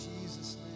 Jesus